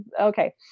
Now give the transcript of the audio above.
okay